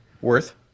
worth